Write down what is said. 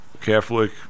Catholic